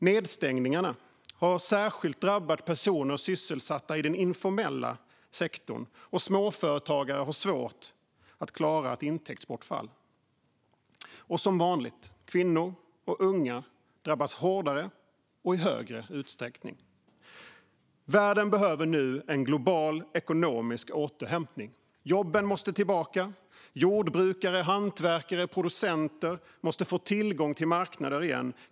Nedstängningarna har särskilt drabbat personer sysselsatta i den informella sektorn. Småföretagare har svårt att klara ett intäktsbortfall. Som vanligt drabbas kvinnor och unga hårdare och i större utsträckning. Världen behöver nu en global ekonomisk återhämtning. Jobben måste tillbaka. Jordbrukare, hantverkare och producenter måste få tillgång till marknader igen.